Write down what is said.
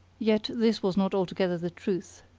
yet this was not altogether the truth.